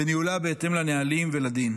וניהולה בהתאם לנהלים ולדין.